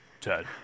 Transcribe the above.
Ted